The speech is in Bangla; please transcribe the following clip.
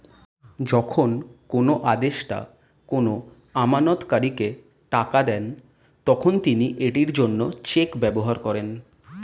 যখন কোনো আদেষ্টা কোনো আমানতকারীকে টাকা দেন, তখন তিনি এটির জন্য চেক ব্যবহার করেন